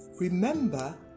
Remember